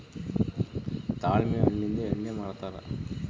ತಾಳೆ ಹಣ್ಣಿಂದ ಎಣ್ಣೆ ಮಾಡ್ತರಾ